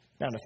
Now